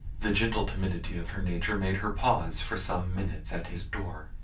the gentle timidity of her nature made her pause for some minutes at his door.